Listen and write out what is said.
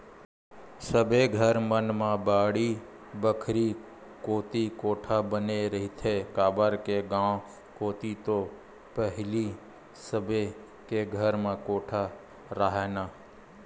सबे घर मन म बाड़ी बखरी कोती कोठा बने रहिथे, काबर के गाँव कोती तो पहिली सबे के घर म कोठा राहय ना